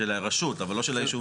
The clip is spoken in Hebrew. של הרשות, אבל לא של הישובים.